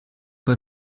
bei